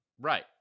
Right